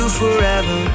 forever